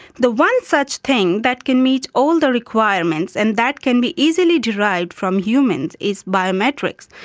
the one such thing that can meet all the requirements and that can be easily derived from humans is biometrics,